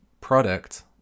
product